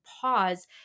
pause